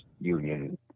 union